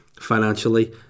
financially